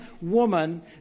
woman